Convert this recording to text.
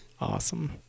Awesome